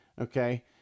Okay